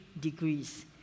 degrees